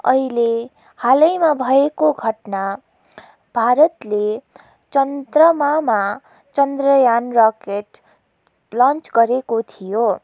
अहिले हालैमा भएको घटना भारतले चन्द्रमामा चन्द्रयान रकेट लन्च गरेको थियो